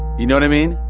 you know what i mean?